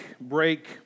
break